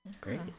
Great